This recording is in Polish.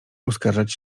uskarżać